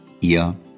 Ihr